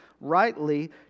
rightly